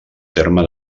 terme